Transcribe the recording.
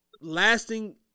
lasting